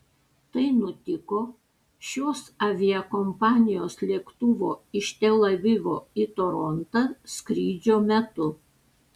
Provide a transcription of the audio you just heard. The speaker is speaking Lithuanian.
tai nutiko šios aviakompanijos lėktuvo iš tel avivo į torontą skrydžio metu